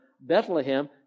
Bethlehem